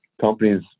Companies